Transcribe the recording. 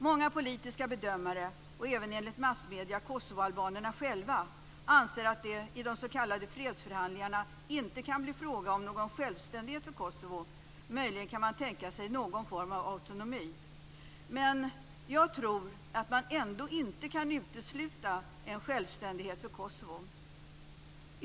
Många politiska bedömare, och enligt massmedierna även kosovoalbanerna själva, anser att det i de s.k. fredsförhandlingarna inte kan bli fråga om någon självständighet för Kosovo. Möjligen kan man tänka sig någon form av autonomi. Jag tror dock att man ändå inte kan utesluta en självständighet för Kosovo.